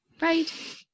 Right